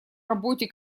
работе